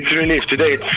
trueness today,